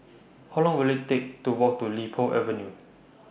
How Long Will IT Take to Walk to Li Po Avenue